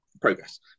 progress